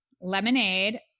lemonade